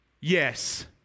yes